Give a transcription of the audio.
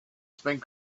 spend